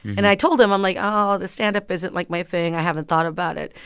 and i told him i'm like, oh, this stand-up isn't, like, my thing. i haven't thought about it.